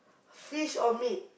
fish or meat